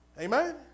Amen